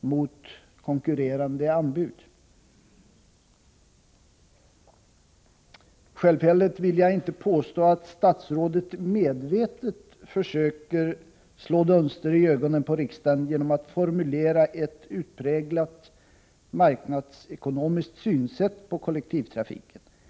mot konkurrerande anbud. Självfallet vill jag inte påstå att statsrådet medvetet försöker slå blå dunster i ögonen på riksdagen genom att formulera ett utpräglat marknadsekonomiskt synsätt på kollektivtrafiken.